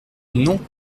non